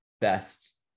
best